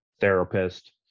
therapist